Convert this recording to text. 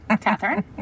Catherine